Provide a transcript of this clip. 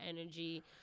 energy